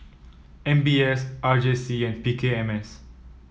M B S R J C and P K M S